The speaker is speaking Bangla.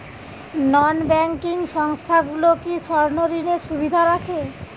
নন ব্যাঙ্কিং সংস্থাগুলো কি স্বর্ণঋণের সুবিধা রাখে?